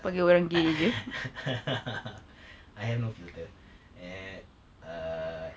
I have no filter eh err